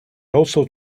also